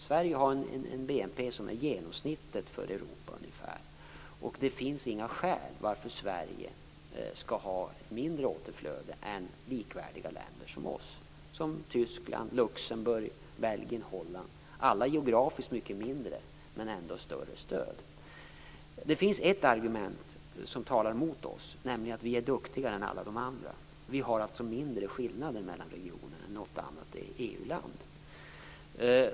Sverige har en BNP som ungefär ligger på genomsnittet för Europa, och det finns inga skäl varför Sverige skall ha mindre återflöde än likvärdiga länder som t.ex. Tyskland, Luxemburg, Belgien och Holland. Dessa länder är geografiskt mycket mindre men har ändå större stöd. Det finns ett argument som talar mot oss, nämligen att vi är duktigare än alla de andra. Vi har alltså mindre skillnader mellan regionerna än något annat EU-land.